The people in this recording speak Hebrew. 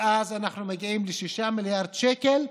ואז אנחנו מגיעים ל-6 מיליארד שקל,